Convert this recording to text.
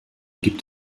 gibt